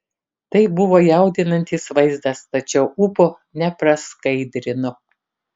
tai buvo jaudinantis vaizdas tačiau ūpo nepraskaidrino